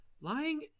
lying